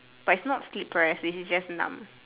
but it's not sleep paralysis it's just numb